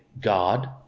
God